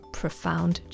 profound